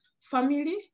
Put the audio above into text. family